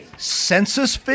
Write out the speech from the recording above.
Census